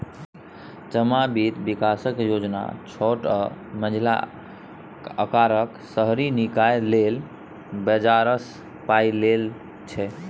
जमा बित्त बिकासक योजना छोट आ मँझिला अकारक शहरी निकाय लेल बजारसँ पाइ लेल छै